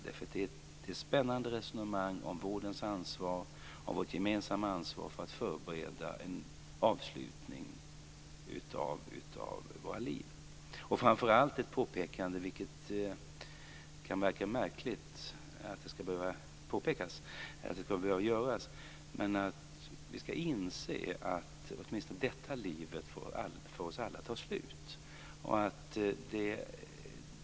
Där förs spännande resonemang om vårdens ansvar och om vårt gemensamma ansvar för att förbereda en avslutning av våra liv. Framför allt görs ett påpekande - det kan verka märkligt att det ska behöva göras - att vi ska inse att åtminstone detta livet för oss alla tar slut.